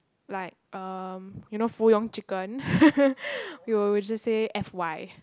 like um you know Fuyong chicken we'll we'll just say F_Y